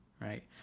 right